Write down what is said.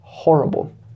horrible